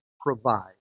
provide